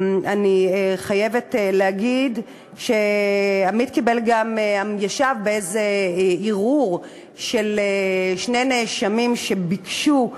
אני חייבת להגיד שעמית ישב בערעור של שני נאשמים שביקשו,